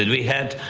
and we had,